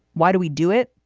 why do we do it?